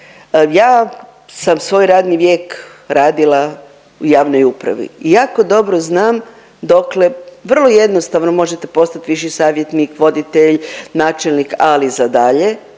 Ja sam svoj radni vijek radila u javnoj upravi i jako dobro znam dokle vrlo jednostavno možete postati viši savjetnik, voditelj, načelnik, ali za dalje